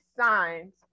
signs